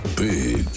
big